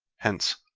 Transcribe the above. hence,